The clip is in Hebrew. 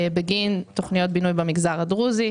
בגין תוכניות בינוי במגזר הדרוזי,